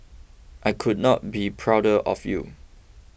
I could not be prouder of you